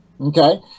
Okay